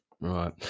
right